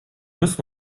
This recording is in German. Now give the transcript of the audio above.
muss